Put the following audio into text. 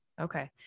okay